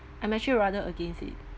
I'm actually rather against it